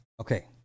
Okay